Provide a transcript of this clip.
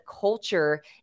culture